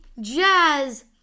Jazz